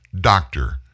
doctor